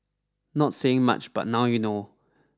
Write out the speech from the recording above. not saying much but now you know